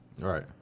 Right